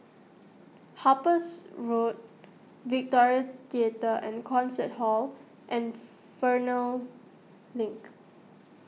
Harpers Road Victoria theatre and Concert Hall and Fernvale Link